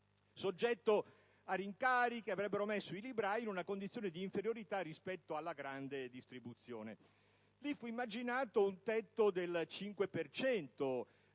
soggetto a rincari che avrebbero messo i librai in una condizione di inferiorità rispetto alla grande distribuzione. In quell'occasione fu dunque